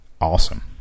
Awesome